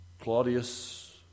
Claudius